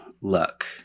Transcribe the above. luck